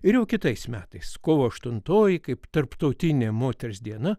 ir jau kitais metais kovo aštuntoji kaip tarptautinė moters diena